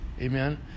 amen